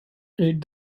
aid